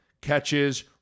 Catches